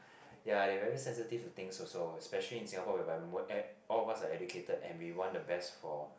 ya they very sensitive to things also especially in Singapore whereby all of us are educated and we want the best for